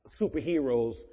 superheroes